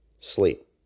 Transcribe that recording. sleep